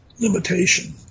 limitation